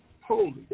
holy